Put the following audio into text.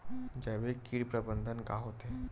जैविक कीट प्रबंधन का होथे?